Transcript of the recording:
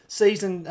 season